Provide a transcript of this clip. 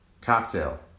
Cocktail